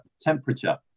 temperature